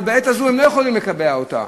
אבל בעת הזו הם לא יכולים לקבע אותה,